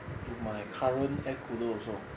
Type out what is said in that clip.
to my current air cooler also